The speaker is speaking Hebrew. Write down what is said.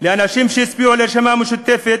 ולאנשים שהצביעו לרשימה המשותפת,